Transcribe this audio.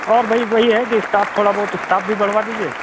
और वही वही है कि स्टाफ थोड़ा बहुत स्टाफ भी बड़वा दीजिए